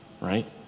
right